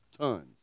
Tons